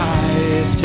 eyes